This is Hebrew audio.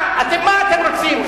מה אתם רוצים,